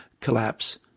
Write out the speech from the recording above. collapse